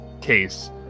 case